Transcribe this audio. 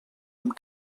amb